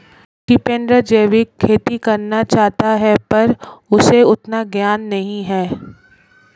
टिपेंद्र जैविक खेती करना चाहता है पर उसे उतना ज्ञान नही है